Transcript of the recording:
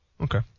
Okay